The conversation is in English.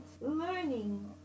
learning